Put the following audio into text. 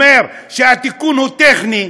אומר שהתיקון הוא טכני,